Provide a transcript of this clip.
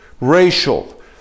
racial